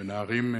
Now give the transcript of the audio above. בנערים,